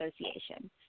Association